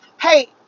Hey